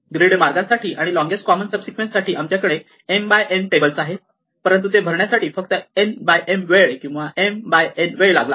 grid मार्गासाठी आणि longest common subsequence साठी आमच्याकडे m बाय n टेबल्स आहेत परंतु ते भरण्यासाठी फक्त n बाय m वेळ किंवा m बाय n वेळ लागला